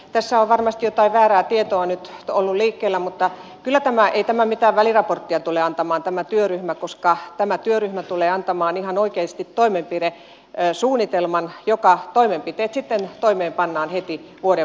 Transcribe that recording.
tässä on varmasti jotain väärää tietoa nyt ollut liikkeellä mutta ei tämä työryhmä mitään väliraporttia tule antamaan koska tämä työryhmä tulee antamaan ihan oikeasti toimenpidesuunnitelman jonka toimenpiteet sitten toimeenpannaan heti vuodenvaihteessa